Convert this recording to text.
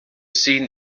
seen